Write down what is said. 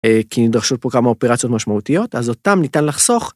כי נדרשו פה כמה אופרציות משמעותיות אז אותם ניתן לחסוך.